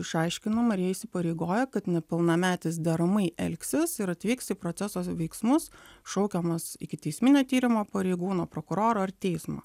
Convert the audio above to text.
išaiškinama ir jie įsipareigoja kad nepilnametis deramai elgsis ir atvyks į proceso veiksmus šaukiamas ikiteisminio tyrimo pareigūno prokuroro ar teismo